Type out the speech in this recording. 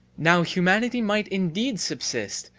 now humanity might indeed subsist,